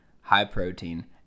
high-protein